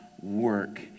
work